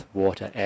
water